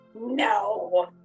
No